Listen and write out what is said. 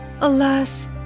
Alas